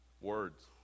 Words